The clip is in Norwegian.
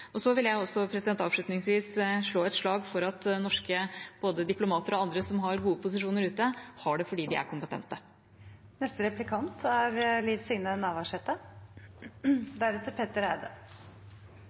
Jeg vil avslutningsvis slå et slag for at norske diplomater og andre som har gode posisjoner ute, har det fordi de er